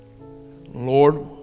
Lord